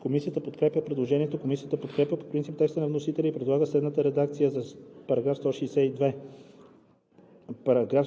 Комисията подкрепя предложението. Комисията подкрепя по принцип текста на вносителя и предлага следната редакция за § 49: „§ 49.